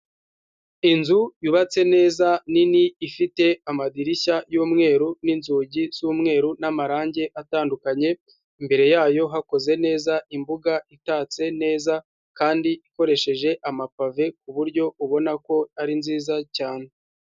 Inzu yubatse neza nini ifite amadirishya y'umweru n'inzugi z'umweru n'amarangi atandukanye, imbere yayo hakoze neza imbuga itatse neza kandi ikoresheje amapave ku buryo ubona ko ari nziza cyane.